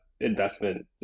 investment